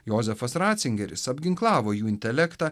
jozefas ratzingeris apginklavo jų intelektą